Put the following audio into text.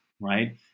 Right